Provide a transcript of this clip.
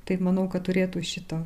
taip manau kad turėtų šita